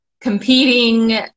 competing